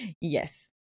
Yes